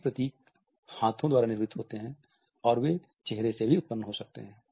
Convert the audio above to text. कई प्रतीक हाथों द्वारा निर्मित होते हैं और वे चेहरे से भी उत्पन्न हो सकते हैं